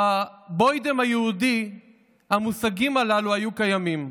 בבוידעם היהודי המושגים הללו היו קיימים.